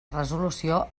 resolució